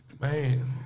man